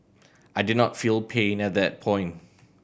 I did not feel pain at that point